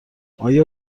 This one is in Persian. آیا